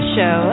Show